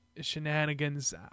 shenanigans